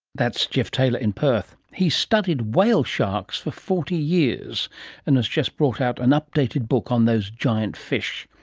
that's geoff taylor in perth. he studied whale sharks for forty years and has just brought out an updated book on those giant fish.